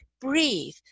breathe